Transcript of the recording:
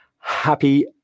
happy